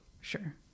Sure